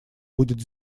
будет